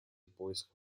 поиска